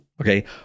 okay